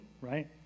right